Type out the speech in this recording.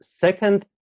second